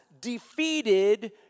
defeated